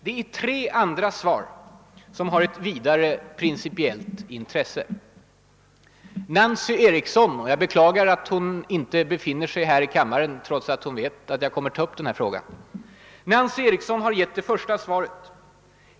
Det är tre andra svar som har ett vidare principiellt intresse. Jag beklagar att Nancy Eriksson inte befinner sig i denna kammare trots att hon vet att jag kommer att ta upp den här frågan. Hon har nämligen lämnat det första av de tre intressanta svaren.